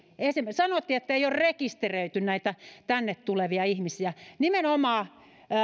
sanottiin ettei ole rekisteröity näitä tänne tulevia ihmisiä nimenomaan